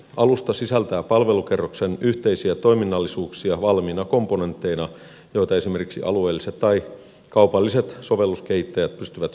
alusta sisältää palvelukerroksen yhteisiä toiminnallisuuksia valmiina komponentteina joita esimerkiksi alueelliset tai kaupalliset sovelluskehittäjät pystyvät hyödyntämään